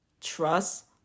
trust